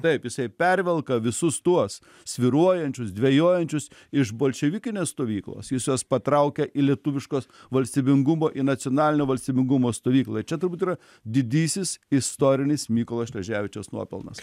taip jisai pervelka visus tuos svyruojančius dvejojančius iš bolševikinės stovyklos jis juos patraukė į lietuviškos valstybingumo į nacionalinio valstybingumo stovyklą čia turbūt yra didysis istorinis mykolo šleževičiaus nuopelnas